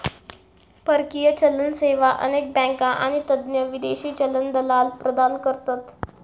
परकीय चलन सेवा अनेक बँका आणि तज्ञ विदेशी चलन दलाल प्रदान करतत